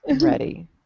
Ready